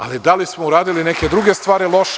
Ali, da li smo uradili neke druge stvari loše?